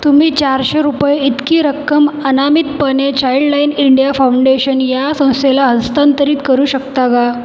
तुम्ही चारशे रुपये इतकी रक्कम अनामितपणे चाइल्डलाइन इंडिया फाउंडेशन ह्या संस्थेला हस्तांतरित करू शकता का